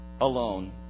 alone